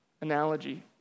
analogy